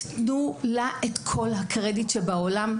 תנו לה את כל הקרדיט שבעולם,